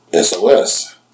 SOS